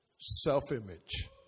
self-image